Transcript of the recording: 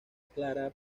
aclara